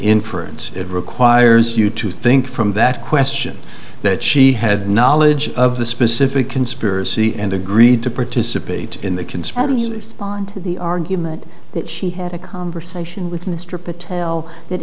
inference it requires you to think from that question that she had knowledge of the specific conspiracy and agreed to participate in the conspirators on the argument that she had a conversation with mr patel that